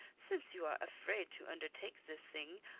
since you are afraid to undertake this thing,